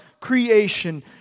creation